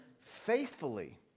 faithfully